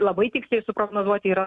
labai tiksliai suprognozuoti yra